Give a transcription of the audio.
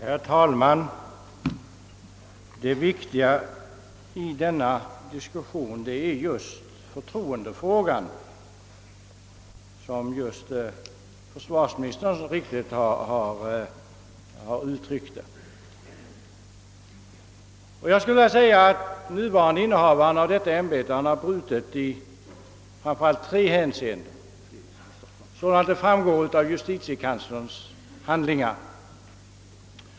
Herr talman! Det viktiga i denna diskussion är just förtroendefrågan som försvarsministern riktigt har uttryckt det. Nuvarande innehavare av ämbetet som överbefälhavare har brustit framför allt i tre hänseenden, såsom framgår av justitiekanslerns handlingar.